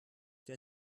der